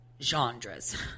genres